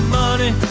money